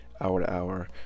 hour-to-hour